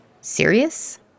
Serious